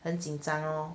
很紧张 loh